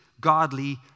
godly